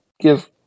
give